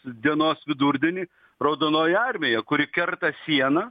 dienos vidurdienį raudonoji armija kuri kerta sieną